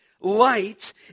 light